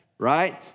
Right